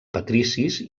patricis